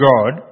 God